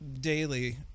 daily